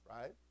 right